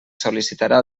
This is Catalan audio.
sol·licitarà